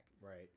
right